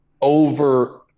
over